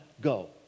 go